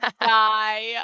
die